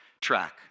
track